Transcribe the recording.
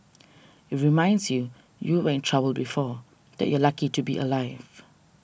it reminds you you were in trouble before that you're lucky to be alive